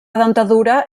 dentadura